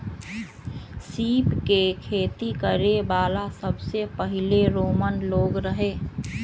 सीप के खेती करे वाला सबसे पहिले रोमन लोग रहे